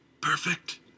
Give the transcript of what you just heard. Perfect